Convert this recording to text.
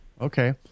Okay